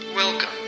Welcome